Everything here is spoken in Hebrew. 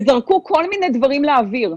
וזרקו כל מיני דברים לאוויר,